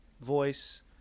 voice